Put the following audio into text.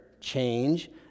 change